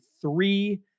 three